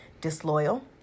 disloyal